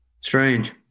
Strange